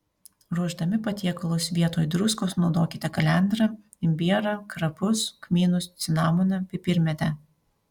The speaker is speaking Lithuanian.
ruošdami patiekalus vietoj druskos naudokite kalendrą imbierą krapus kmynus cinamoną pipirmėtę